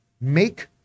Make